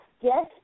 yes